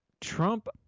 Trump